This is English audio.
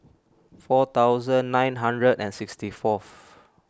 four thousand nine hundred and sixty fourth